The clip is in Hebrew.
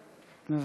בבקשה.